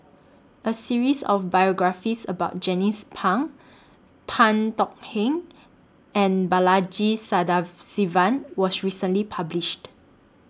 A series of biographies about Jernnine's Pang Tan Tong Hye and Balaji Sadasivan was recently published